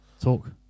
Talk